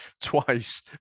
Twice